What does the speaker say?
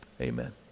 Amen